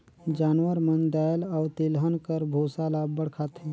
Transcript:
जानवर मन दाएल अउ तिलहन कर बूसा ल अब्बड़ खाथें